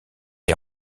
est